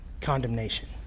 condemnation